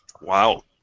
Wow